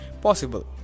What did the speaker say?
possible